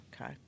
Okay